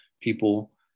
people